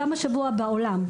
גם השבוע בעולם,